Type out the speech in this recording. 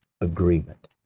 agreement